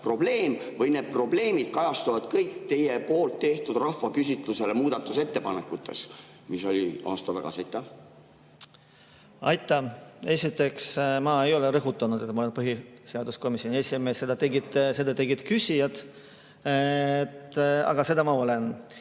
probleem? Need probleemid kajastuvad kõik teie poolt tehtud rahvaküsitlust [puudutanud] muudatusettepanekutes, mis oli aasta tagasi. Aitäh! Esiteks, ma ei ole rõhutanud, et ma olen põhiseaduskomisjoni esimees, seda tegid küsijad. Aga seda ma olen.